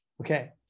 Okay